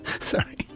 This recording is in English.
Sorry